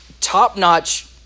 top-notch